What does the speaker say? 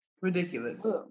Ridiculous